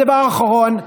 דבר אחרון,